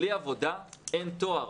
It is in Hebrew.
בלי עבודה אין תואר,